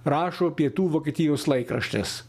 rašo pietų vokietijos laikraštis